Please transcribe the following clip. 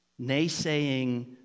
naysaying